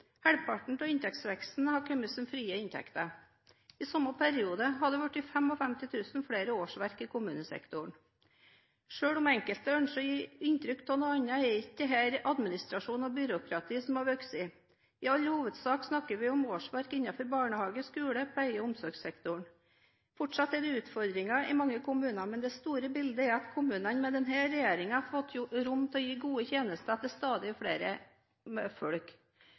Halvparten av inntektsveksten har kommet som frie inntekter. I samme periode har det blitt 55 000 flere årsverk i kommunesektoren. Selv om enkelte ønsker å gi inntrykk av noe annet, er det ikke administrasjon og byråkrati som har vokst. I all hovedsak snakker vi om årsverk innenfor barnehage-, skole- og pleie- og omsorgssektoren. Fortsatt er det utfordringer i mange kommuner, men det store bildet er at kommunene med denne regjeringen har fått rom til å gi gode tjenester til stadig flere